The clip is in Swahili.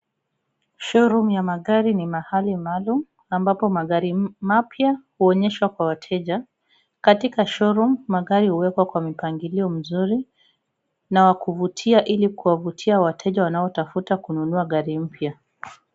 Show room ya magari ni mahali maalum, ambapo magari mapya huonyeshwa kwa wateja. Katika show room magari huwekwa katika mpangilio mzuri la kuvutia, ili kuwavutia wateja wanaotafuta kununua gari mpya.